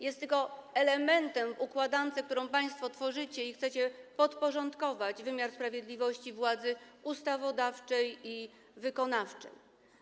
Jest tylko elementem w układance, którą państwo tworzycie - chcecie podporządkować wymiar sprawiedliwości władzy ustawodawczej i wykonawczej.